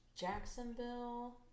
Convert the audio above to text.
Jacksonville